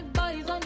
boys